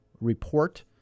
report